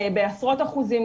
בעשרות אחוזים,